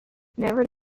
never